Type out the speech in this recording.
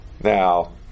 Now